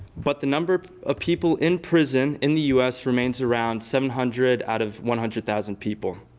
but the number of people in prison in the us remains around seven hundred out of one hundred thousand people.